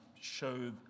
show